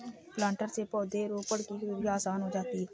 planter से पौधरोपण की क्रिया आसान हो जाती है